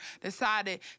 decided